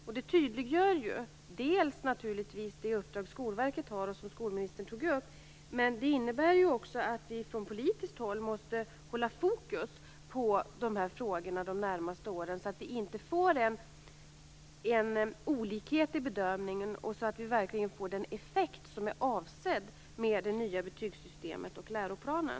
Detta tydliggör naturligtvis det uppdrag som Skolverket har och som skolministern tog upp, men det innebär också att vi från politiskt håll måste hålla fokus på de här frågorna de närmaste åren, så att vi inte får en olikhet i bedömningen och så att vi verkligen får den effekt som är avsedd med det nya betygssystemet och läroplanen.